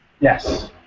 Yes